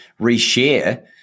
reshare